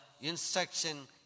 instruction